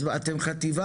אז אתם חטיבה